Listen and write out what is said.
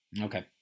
Okay